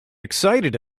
excited